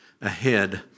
ahead